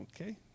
Okay